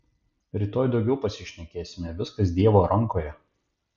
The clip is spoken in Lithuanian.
rytoj daugiau pasišnekėsime viskas dievo rankoje